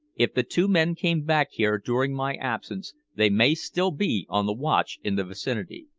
if the two men came back here during my absence they may still be on the watch in the vicinity.